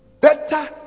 Better